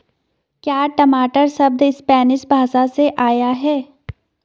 क्या टमाटर शब्द स्पैनिश भाषा से आया है?